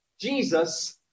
Jesus